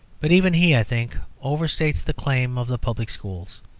but even he, i think, overstates the claim of the public schools.